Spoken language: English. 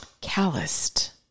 calloused